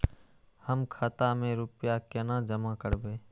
हम खाता में रूपया केना जमा करबे?